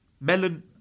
Melon